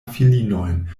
filinojn